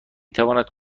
تواند